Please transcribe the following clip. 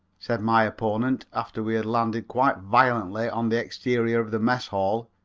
said my opponent, after we had landed quite violently on the exterior of the mess hall,